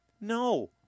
No